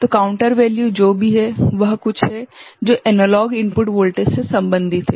तो counter value जो भी है वह कुछ है जो एनालॉग इनपुट वोल्टेज से संबंधित है